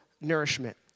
nourishment